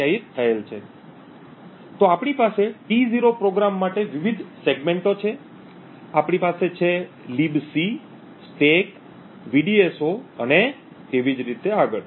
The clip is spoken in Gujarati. તો આપણી પાસે T0 પ્રોગ્રામ માટે વિવિધ સેગમેન્ટો છે આપણી પાસે છે libc stack vdso અને તેથી આગળ